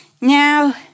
Now